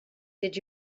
did